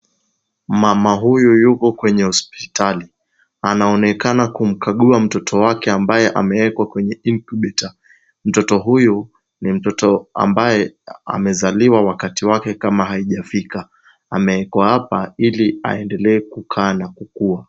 Mama huyu yuko kwenye hospitali. Anaonekana kumkagua mtoto wake ambaye ameekwa kwenye incubator . Mtoto huyu ni mtoto ambaye amezaliwa wakati wake kama haijafika. Ameekwa hapa ili aendelee kukaa na kukua.